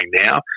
now